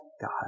God